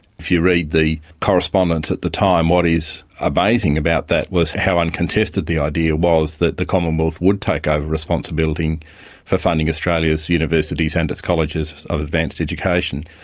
if you read the correspondence at the time, what is amazing about that was how uncontested the idea was that the commonwealth would take over ah responsibility for funding australia's universities and its colleges of advanced education.